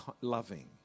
loving